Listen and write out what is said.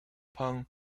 punk